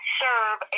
serve